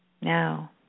now